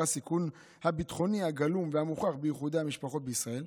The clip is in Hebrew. הסיכון הביטחוני הגלום והמוכח באיחודי המשפחות בישראל.